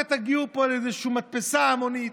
את הגיור פה לאיזושהי מדפסת המונית.